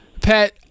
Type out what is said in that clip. Pat